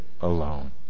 alone